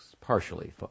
Partially